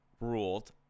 ruled